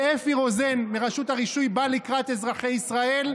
ואפי רוזן מרשות הרישוי בא לקראת אזרחי ישראל: